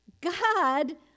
God